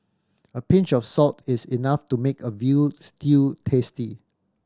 a pinch of salt is enough to make a veal stew tasty